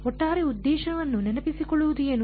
ಒಟ್ಟಾರೆ ಉದ್ದೇಶವನ್ನು ನೆನಪಿಸಿಕೊಳ್ಳುವುದು ಏನು